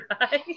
Right